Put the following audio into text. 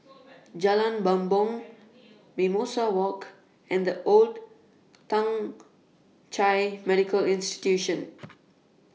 Jalan Bumbong Mimosa Walk and The Old Thong Chai Medical Institution